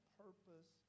purpose